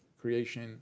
creation